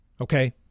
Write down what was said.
Okay